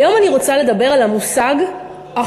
היום אני רוצה לדבר על המושג אחריות.